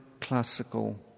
classical